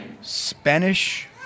Spanish